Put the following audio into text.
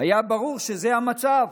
היה ברור שזה המצב,